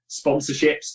Sponsorships